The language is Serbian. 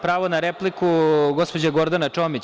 Pravo na repliku, gospođa Gordana Čomić.